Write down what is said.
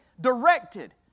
directed